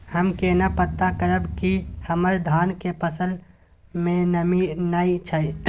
हम केना पता करब की हमर धान के फसल में नमी नय छै?